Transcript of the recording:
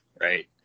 right